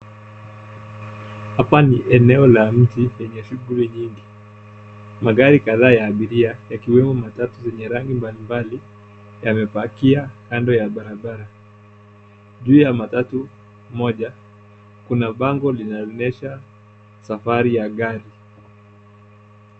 Hapa ni eneo la mji lenye shughuli nyingi. Magari kadhaa ya abiria, yakiwemo matatu zenye rangi mbalimbali, yamepakia kando ya barabara. Juu ya matatu moja kuna bango linalo onyesha safari ya gari.